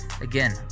Again